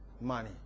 money